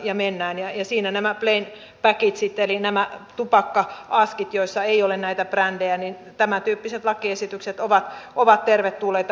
ja siinä nämä plain packaget eli nämä tupakka askit joissa ei ole näitä brändejä tämäntyyppiset lakiesitykset ovat tervetulleita